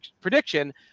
prediction